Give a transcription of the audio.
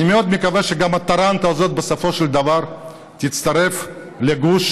אני מאוד מקווה שגם הטרנטה הזאת בסופו של דבר תצטרף לגוש,